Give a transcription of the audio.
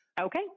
okay